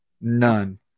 None